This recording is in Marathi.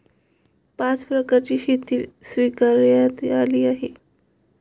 पाच प्रकारची शेती स्वीकारण्यात आली आहे